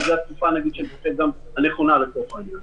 ואני חושב שזו התקופה הנכונה לצורך העניין.